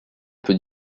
peut